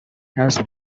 has